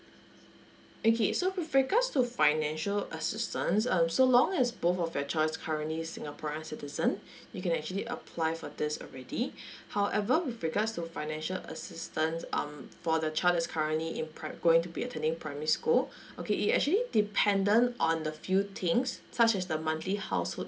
okay so with regards to financial assistance um so long as both of your child's currently singaporean citizen you can actually apply for this already however with regards to financial assistance um for the child that's currently in pri~ going to be attending primary school okay it actually dependent on the few things such as the monthly household